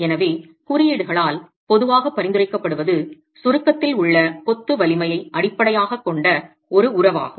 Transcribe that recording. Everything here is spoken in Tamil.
எனவே குறியீடுகளால் பொதுவாக பரிந்துரைக்கப்படுவது சுருக்கத்தில் உள்ள கொத்து வலிமையை அடிப்படையாகக் கொண்ட ஒரு உறவாகும்